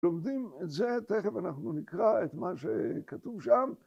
‫לומדים את זה, ‫תיכף אנחנו נקרא את מה שכתוב שם.